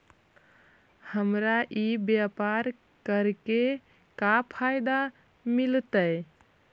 हमरा ई व्यापार करके का फायदा मिलतइ?